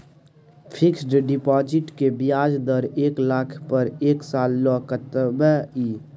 Fixed deposit के ब्याज दर एक लाख पर एक साल ल कतबा इ?